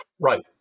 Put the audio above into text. Right